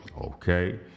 Okay